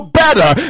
better